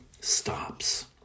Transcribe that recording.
stops